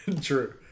True